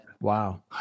Wow